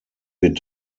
wird